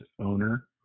owner